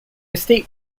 estate